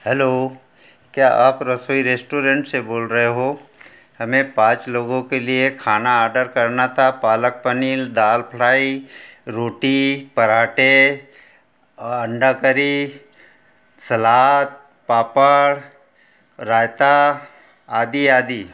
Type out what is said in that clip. hello क्या आप Rasoi restaurant से बोल रहे हो हमें पाँच लोगों के लिए खाना आर्डर करना था पालक पनीर दाल फ्राई रोटी पराठे अंडा करी सलाद पापड़ रायता आदि आदि